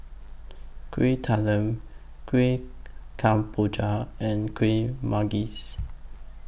Kueh Talam Kuih Kemboja and Kueh Manggis